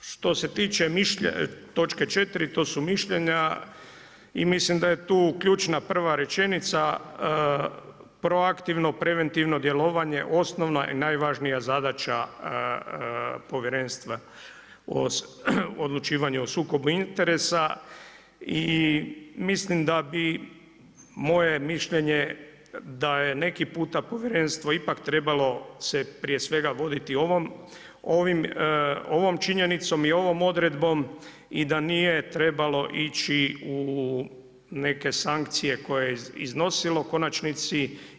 Što se tiče točke 4. to su mišljenja, i mislim da je tu ključna prva rečenica, proaktivno, preventivno djelovanje, osnovna je i najvažnija zadaća povjerenstva o odučavanju o sukobu interesa i mislim da ja je moje mišljenje, da je neki puta povjerenstvo ipak trebalo, se prije svega voditi ovom činjenicom i ovom odredbom i da nije trebalo ići u neke sankcije koje je iznosilo u konačnici.